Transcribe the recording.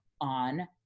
on